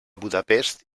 budapest